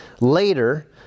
Later